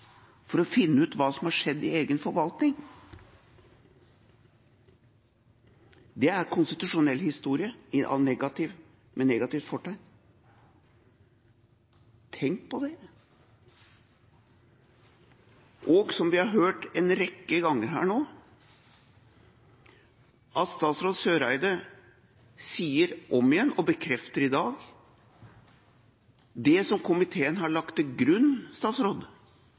for å finne ut hva som har skjedd i egen forvaltning, det er konstitusjonell historie med negativt fortegn. Tenk på det! Og som vi har hørt en rekke ganger her nå at statsråd Eriksen Søreide sier om igjen, og bekrefter i dag – det som komiteen har lagt til grunn